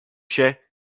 się